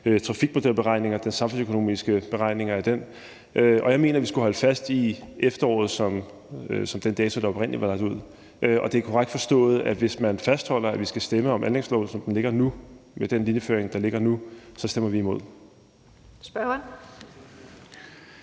trafikmodelberegninger og samfundsøkonomiske beregninger af den, og jeg mener, vi skulle holde fast i efteråret som det tidspunkt, der oprindelig var lagt ud. Og det er korrekt forstået, at hvis man fastholder, at vi skal stemme om forslaget til anlægslov, som det ligger nu, med den linjeføring, der ligger nu, så stemmer vi imod. Kl.